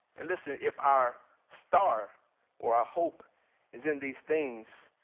and listen, if our star or our hope is in these things,